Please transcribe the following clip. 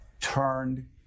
turned